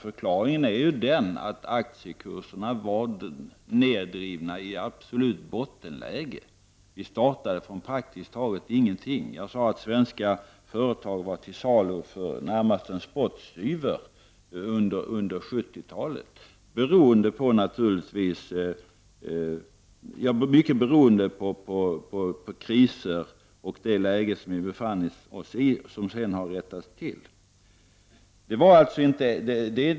Förklaringen är ju den att aktiekurserna var neddrivna i absolut bottenläge. Uppgången startade från praktiskt taget ingenting. Svenska företag var till salu för närmast en spottstyver under 70-talet, mycket beroende på kriser och det läge som vi befann oss i och som sedan har rättats till.